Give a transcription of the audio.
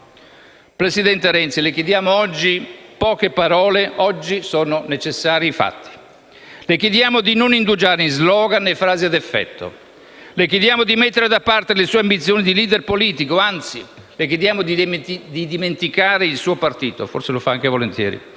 Presidente Renzi, le chiediamo poche parole: oggi sono necessari fatti. Le chiediamo di non indugiare in *slogan* e frasi ad effetto. Le chiediamo di mettere da parte le sue ambizioni di *leader* politico e, anzi, di dimenticare anche il suo partito (cosa che, forse, fa anche volentieri).